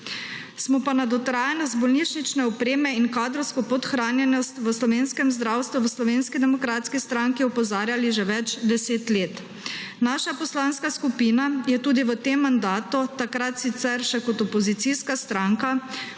Smo pa na dotrajanost bolnišnične opreme in kadrovsko podhranjenost v slovenskem zdravstvu v Slovenski demokratski stranki opozarjali že več deset let. Naša poslanska skupina je tudi v tem mandatu takrat sicer še kot opozicijska stranka